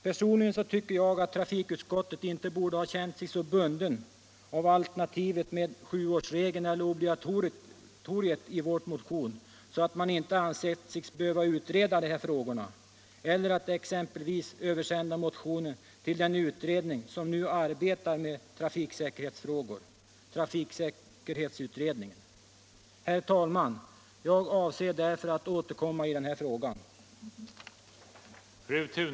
Personligen tycker jag att trafikutskottet inte borde ha känt sig så bundet av alternativet med sjuårsregeln eller av obligatoriet i vår motion att man inte ansett sig behöva utreda dessa frågor eller översända motionen till den utredning som nu arbetar med trafiksäkerhetsfrågor —- trafiksäkerhetsutredningen. Herr talman! Jag avser därför att återkomma i den här frågan.